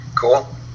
Cool